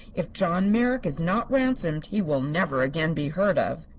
if john merrick is not ransomed he will never again be heard of.